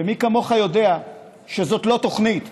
ומי כמוך יודע שזאת לא תוכנית,